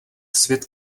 svět